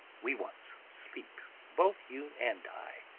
we want sleep, both you and i,